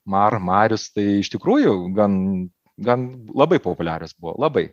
mar marius tai iš tikrųjų gan gan labai populiarios buvo labai